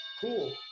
cool